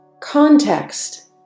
context